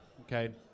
okay